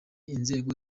inzego